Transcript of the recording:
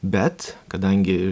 bet kadangi